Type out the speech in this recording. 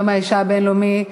ביום האישה הבין-לאומי,